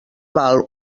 val